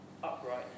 upright